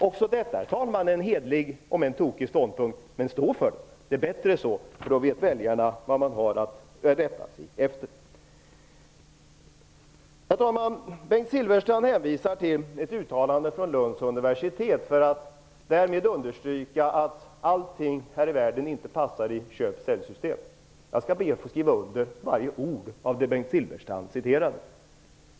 Också detta, herr talman, är en hederlig, om än tokig, ståndpunkt. Men stå för den! Det är bättre så, därför att då vet väljarna vad de har att rätta sig efter. Herr talman! Bengt Silfverstrand hänvisade till ett uttalande från Lunds universitet för att därmed understryka att allting här i världen inte passar i köp och säljsystem. Jag skall be att få skriva under varje ord som Bengt Silfverstrand citerade.